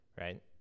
right